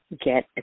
get